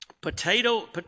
potato